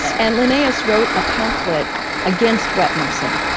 and linnaeus wrote a pamphlet against wet-nursing.